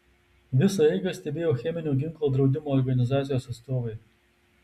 visą eigą stebėjo cheminio ginklo draudimo organizacijos atstovai